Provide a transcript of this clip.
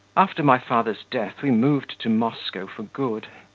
after my father's death we moved to moscow for good.